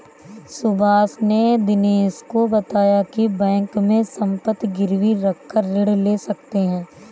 सुभाष ने दिनेश को बताया की बैंक में संपत्ति गिरवी रखकर ऋण ले सकते हैं